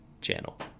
channel